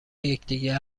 یکدیگر